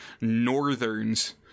Northerns